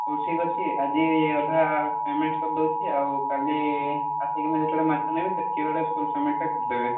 ହଉ ଠିକ୍ ଅଛି ଆଜି ଅଧା ପେମେଣ୍ଟ୍ କରିଦେଉଛି ଆଉ କାଲି ଆସିକିନା ଯେତେବେଳେ ମାଛ ନେବି ସେତିକିବେଳେ ଫୁଲ୍ ପେମେଣ୍ଟ୍ଟା ଦେବି